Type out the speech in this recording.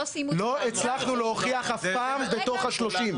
לא הצלחנו להוכיח אף פעם בתוך ה-30.